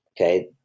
okay